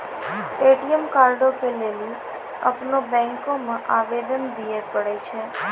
ATM कार्डो के लेली अपनो बैंको मे आवेदन दिये पड़ै छै